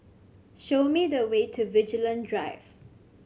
show me the way to Vigilante Drive